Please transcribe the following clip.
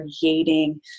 creating